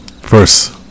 first